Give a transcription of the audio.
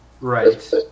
Right